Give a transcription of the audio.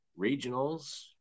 regionals